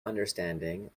understanding